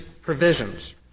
provisions